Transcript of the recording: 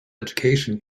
education